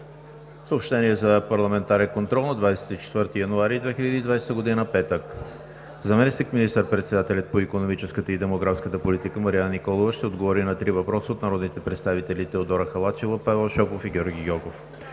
Съобщения за парламентарен контрол на 24 януари 2020 г., петък: 1. Заместник министър-председателят по икономическата и демографската политика Марияна Николова ще отговори на три въпроса от народните представители Теодора Халачева; Павел Шопов; и Георги Гьоков.